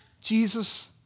Jesus